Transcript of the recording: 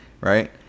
Right